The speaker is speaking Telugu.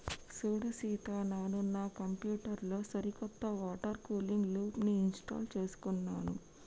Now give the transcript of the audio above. సూడు సీత నాను నా కంప్యూటర్ లో సరికొత్త వాటర్ కూలింగ్ లూప్ని ఇంస్టాల్ చేసుకున్నాను